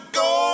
go